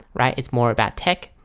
right? it's more about tech.